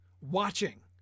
watching